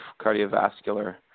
cardiovascular